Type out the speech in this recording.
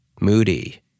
moody